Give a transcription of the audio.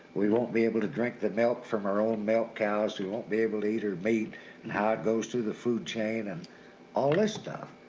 we won't be able to drink the milk from our own milk cows, we won't be able to eat our meat and how it goes through the food chain and all this stuff.